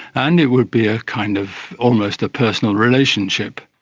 and it would be ah kind of almost a personal relationship.